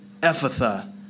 Ephatha